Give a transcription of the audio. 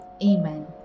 Amen